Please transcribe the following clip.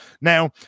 Now